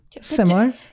similar